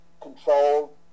control